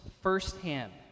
firsthand